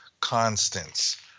constants